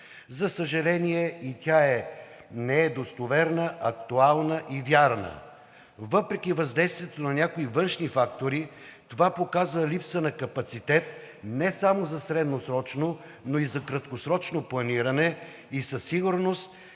За съжаление, и тя не е достоверна, актуална и вярна. Въпреки въздействието на някои външни фактори, това показа липса на капацитет не само за средносрочно, но и за краткосрочно планиране и със сигурност